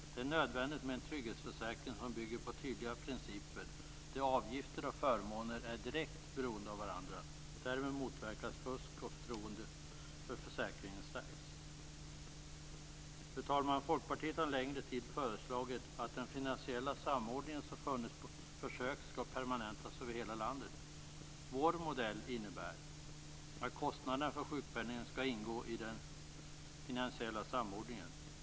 Det är nödvändigt med en trygghetsförsäkring som bygger på tydliga principer, där avgifter och förmåner är direkt beroende av varandra. Därmed motverkas fusk, och förtroendet för försäkringen stärks. Fru talman! Folkpartiet har en längre tid föreslagit att den finansiella samordning som funnits på försök skall permanentas över hela landet. Vår modell innebär att kostnaderna för sjukpenningen skall ingå i den finansiella samordningen.